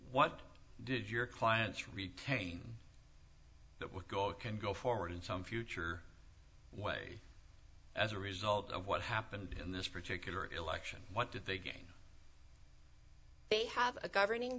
what do your clients retain the goal can go forward in some future way as a result of what happened in this particular election what did they gain they have a governing